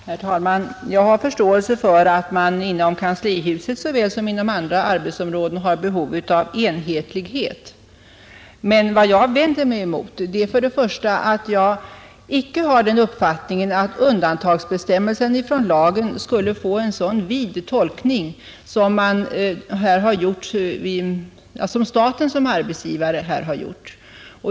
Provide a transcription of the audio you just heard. Herr talman! Jag har förståelse för att man inom kanslihuset lika väl som inom andra arbetsområden har behov av enhetlighet. Men vad jag vänder mig emot är att man ger bestämmelsen om undantag från tillämpningen av lagen en så vid tolkning som staten som arbetsgivare här har gjort.